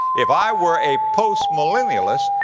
if i were a post-millennialist,